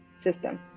system